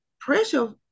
pressure